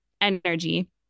energy